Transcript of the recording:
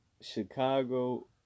Chicago